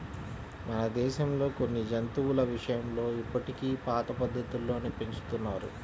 మన దేశంలో కొన్ని జంతువుల విషయంలో ఇప్పటికీ పాత పద్ధతుల్లోనే పెంచుతున్నారు